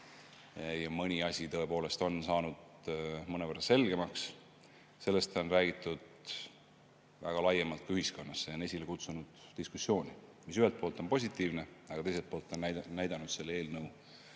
Mõni asi tõepoolest on saanud mõnevõrra selgemaks. Sellest on räägitud väga laialt ka ühiskonnas. See on esile kutsunud diskussiooni ja see on ühelt poolt positiivne, aga teiselt poolt näidanud selle eelnõu